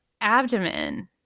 abdomen